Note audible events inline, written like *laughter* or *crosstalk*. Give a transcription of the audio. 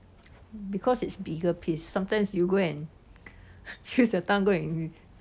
because it's bigger piece sometimes you go and heh use the tongue go and *noise*